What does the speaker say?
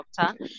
doctor